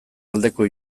aldeko